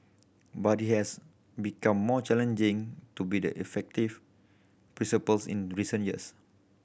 but it has become more challenging to be the effective principals in recent years